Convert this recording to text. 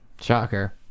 Shocker